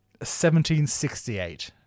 1768